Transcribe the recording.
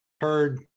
Heard